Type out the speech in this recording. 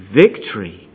victory